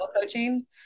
coaching